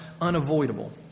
unavoidable